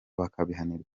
bakabihanirwa